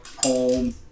home